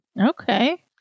Okay